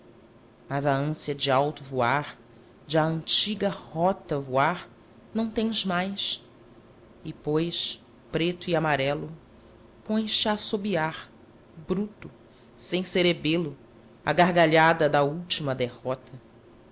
mas a ânsia de alto voar de à antiga rota voar não tens mais e pois preto e amarelo pões te a assobiar bruto sem cerebelo a gargalhada da última derrota